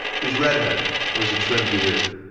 he's redheaded, wears a trimmed beard.